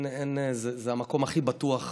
זה המקום הכי בטוח במדינה,